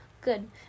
Good